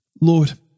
Lord